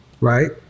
Right